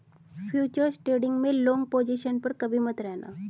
futures trading में long position पर कभी मत रहना